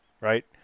right